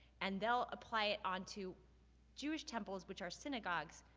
and they'll apply it onto jewish temples, which are synagogues,